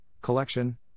collection